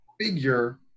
Figure